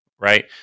right